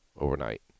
overnight